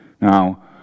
Now